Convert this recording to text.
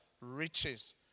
riches